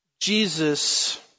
Jesus